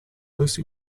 lucy